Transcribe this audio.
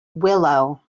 willow